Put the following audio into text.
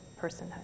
personhood